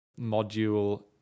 module